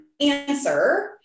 answer